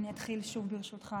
אני אתחיל שוב, ברשותך.